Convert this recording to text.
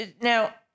Now